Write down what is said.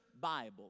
Bible